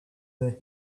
their